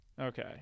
Okay